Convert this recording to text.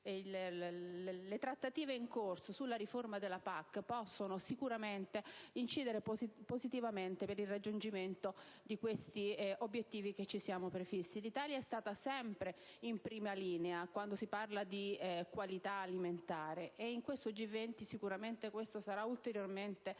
le trattative in corso sulla riforma della PAC possono sicuramente incidere positivamente per il raggiungimento di questi obiettivi che ci siamo prefissi. L'Italia è stata sempre in prima linea, quando si parla di qualità alimentare, e in questo G20 sicuramente ciò sarà ulteriormente sottolineato.